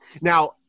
Now